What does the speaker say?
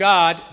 God